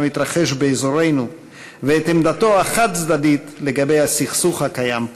המתרחש באזורנו ואת עמדתו החד-צדדית לגבי הסכסוך הקיים פה.